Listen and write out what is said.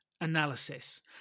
analysis